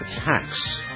attacks